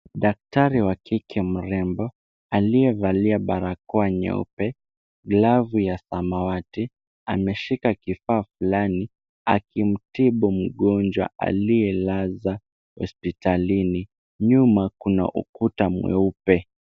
Daktari wa kike mrembo aliyevalia barakoa nyeupe, glavu ya samawati ame shika kifaa fulani akimtibu mgonjwa aliyelazwa hospitalini, nyuma kuna ukuta mweupe.